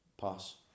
Pass